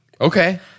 Okay